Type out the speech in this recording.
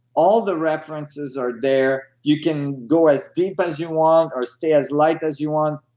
all the references are there. you can go as deep as you want or stay as light as you want.